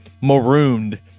marooned